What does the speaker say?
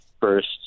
first